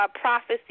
prophecy